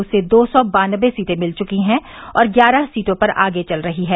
उसे दो सौ बान्नवे सीटें मिल चुंकी हैं और ग्यारह सीटें पर आगे चल रही है